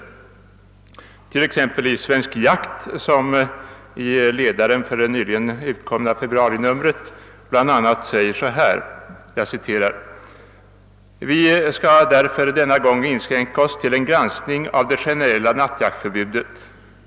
Sålunda skriver t.ex. tidskriften Svensk Jakt i ledaren i det nyligen utkomna februarinumret bl.a.: » Vi skall därför denna gång inskränka oss till en granskning av det generella nattjaktförbudet.